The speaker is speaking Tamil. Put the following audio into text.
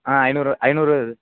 ஆ ஐநூறுரூவா ஐநூறு இது